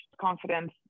confidence